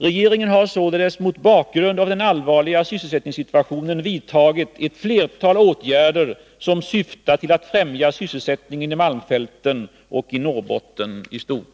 Regeringen har således mot bakgrund av den allvarliga sysselsättningssituationen vidtagit ett flertal åtgärder som syftar till att främja sysselsättningen i malmfälten och i Norrbotten i stort.